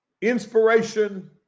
inspiration